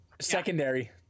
secondary